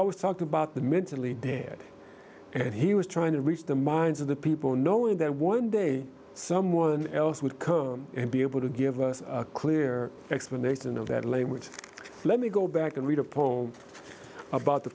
always talked about the mentally dead and he was trying to reach the minds of the people knowing that one day someone else would be able to give a clear explanation of that language let me go back and read a poem about the